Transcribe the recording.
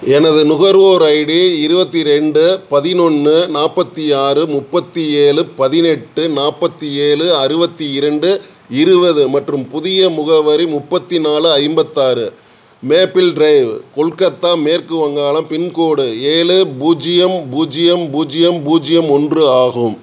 எனது நுகர்வோர் ஐடி இருவத்தி ரெண்டு பதினொன்று நாற்பத்தி ஆறு முப்பத்து ஏழு பதினெட்டு நாற்பத்தி ஏழு அறுபத்தி இரண்டு இருபது மற்றும் புதிய முகவரி முப்பத்து நாலு ஐம்பத்து ஆறு மேப்பிள் ட்ரைவ் கொல்கத்தா மேற்கு வங்காளம் பின்கோடு ஏழு பூஜ்ஜியம் பூஜ்ஜியம் பூஜ்ஜியம் பூஜ்ஜியம் ஒன்று ஆகும்